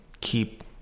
keep